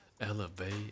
elevate